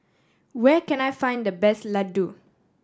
where can I find the best Ladoo